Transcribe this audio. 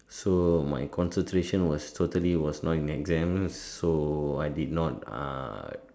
so my concentration was totally was not in exam so I did not ah